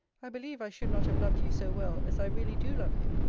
i believe i should not have loved you so well as i really do love you.